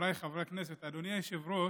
חבריי חברי הכנסת, אדוני היושב-ראש,